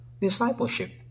Discipleship